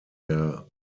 der